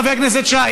חבר הכנסת שי,